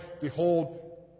Behold